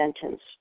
sentence